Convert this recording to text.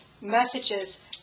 messages